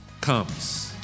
comes